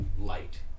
light